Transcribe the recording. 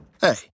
Hey